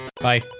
Bye